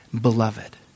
beloved